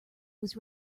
was